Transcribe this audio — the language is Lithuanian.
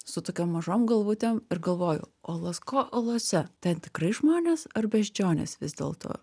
su tokiom mažom galvutėm ir galvoju o lasko olose ten tikrai žmonės ar beždžionės vis dėlto